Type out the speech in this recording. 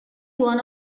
one